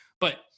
But-